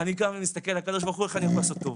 קם ומסתכל הקדוש ברוך הוא איך אני יכול לעשות טוב.